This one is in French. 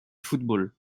football